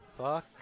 fuck